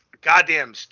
goddamn